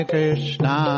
Krishna